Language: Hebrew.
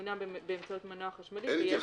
שמוני באמצעות מנוע חשמלי, שבע